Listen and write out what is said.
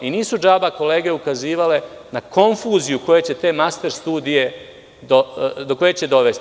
Nisu džaba kolege ukazivale na konfuziju do koje će te master studije dovesti.